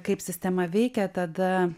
kaip sistema veikia tada